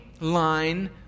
line